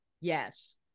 Yes